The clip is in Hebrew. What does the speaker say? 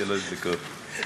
שלוש דקות.